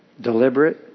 Deliberate